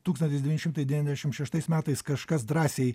tūkstantis devyni šimtai devyndešim šeštais metais kažkas drąsiai